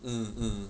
mm mm